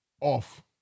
off